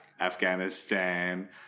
Afghanistan